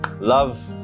Love